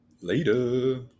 later